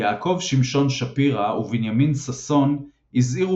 יעקב שמשון שפירא ובנימין ששון הזהירו